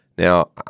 Now